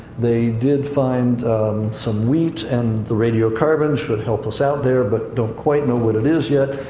they did find some wheat, and the radiocarbon should help us out there, but don't quite know what it is yet.